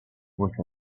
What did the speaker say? with